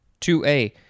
2a